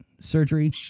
surgery